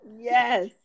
Yes